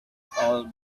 all